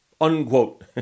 Unquote